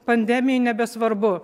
pandemijai nebesvarbu